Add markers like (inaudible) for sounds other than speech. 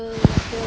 (noise)